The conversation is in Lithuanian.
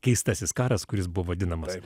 keistasis karas kuris buvo vadinamas